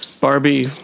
Barbie